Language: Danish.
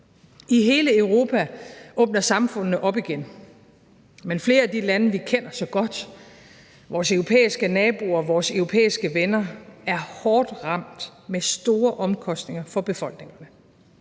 I hele Europa åbner samfundene op igen, men flere af de lande, vi kender så godt – vores europæiske naboer, vores europæiske venner – er hårdt ramt med store omkostninger for befolkningerne.